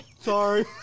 Sorry